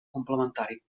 complementari